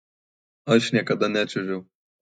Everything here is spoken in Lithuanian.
aš niekada nečiuožiau